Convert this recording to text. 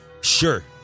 sure